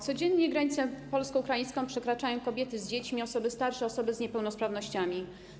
Codziennie granicę polsko-ukraińską przekraczają kobiety z dziećmi, osoby starsze, osoby z niepełnosprawnościami.